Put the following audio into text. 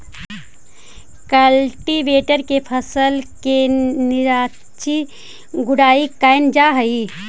cultivator से फसल के निराई गुडाई कैल जा हई